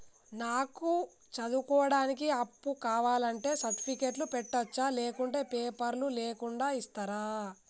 నాకు చదువుకోవడానికి అప్పు కావాలంటే సర్టిఫికెట్లు పెట్టొచ్చా లేకుంటే పేపర్లు లేకుండా ఇస్తరా?